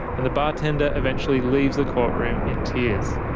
and the bartender eventually leaves the courtroom in tears.